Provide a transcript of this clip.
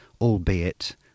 albeit